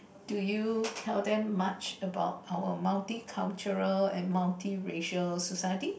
do you tell them much about our multicultural and multiracial society